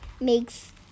makes